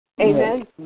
Amen